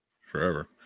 Forever